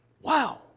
Wow